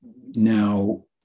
Now